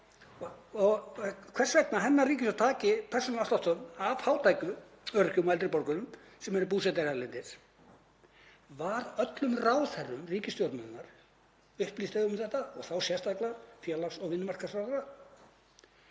hvers vegna hennar ríkisstjórn taki persónuafsláttinn af fátækum öryrkjum og eldri borgurum sem eru búsettir erlendis. Voru allir ráðherrar ríkisstjórnarinnar upplýstir um þetta og þá sérstaklega félags- og vinnumarkaðsráðherra?